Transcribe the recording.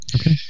Okay